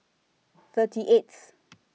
thirty eighth